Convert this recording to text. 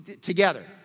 Together